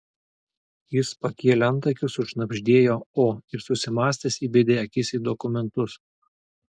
jis pakėlė antakius sušnabždėjo o ir susimąstęs įbedė akis į dokumentus